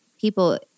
people